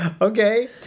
Okay